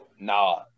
Nah